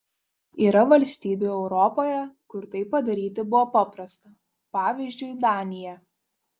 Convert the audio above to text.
yra valstybių europoje kur tai padaryti buvo paprasta pavyzdžiui danija